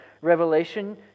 Revelation